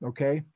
Okay